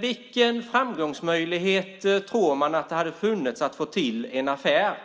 Vilken framgångsmöjlighet tror man att det hade funnits att få till en affär